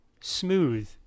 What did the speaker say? smooth